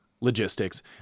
Logistics